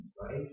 right